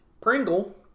Pringle